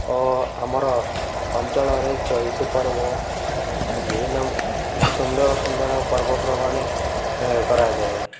ଓ ଆମର ଅଞ୍ଚଳରେ ଚଇତି ପର୍ବ ବିଭିନ୍ନ ସୁନ୍ଦର ସୁନ୍ଦର ପର୍ବପ୍ରବାଣି କରାଯାଏ